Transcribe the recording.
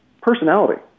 personality